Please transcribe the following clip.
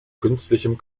künstlichen